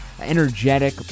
energetic